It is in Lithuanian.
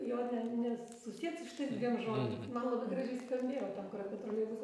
jo ne nesusiet su šitais dviem žodžiais man labai gražiai skambėjo ten kur apie troleibusą